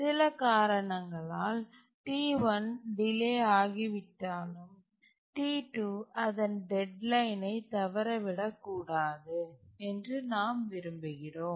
சில காரணங்களால் T1 delay ஆகிவிட்டாலும் T2 அதன் டெட்லைன்ஐ தவற விடக்கூடாது என்று நாம் விரும்புகிறோம்